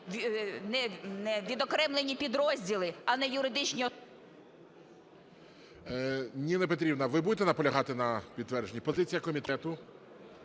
відокремлені підрозділи, а не юридичні… ГОЛОВУЮЧИЙ. Ніна Петрівна, ви будете наполягати на підтвердженні? Позиція комітету.